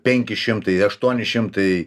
penki šimtai aštuoni šimtai